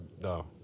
No